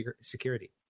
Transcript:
security